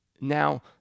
Now